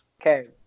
Okay